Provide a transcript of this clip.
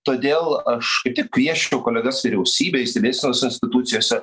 todėl aš kaip tik kviesčiau kolegas vyriausybėj stebėsenos institucijose